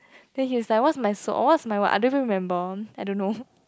then he's like what's my what's my I don't even remember I don't know